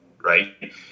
right